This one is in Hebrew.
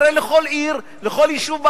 הרי לכל עיר, לכל יישוב בארץ,